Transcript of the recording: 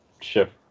shift